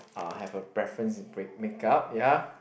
ah have a preference in makeup ya